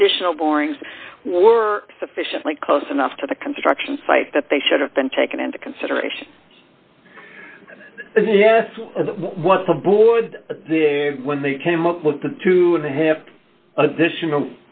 additional borings were sufficiently close enough to the construction site that they should have been taken into consideration of what the board when they came up with the two and a half addition